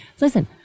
Listen